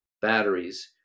Batteries